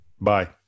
bye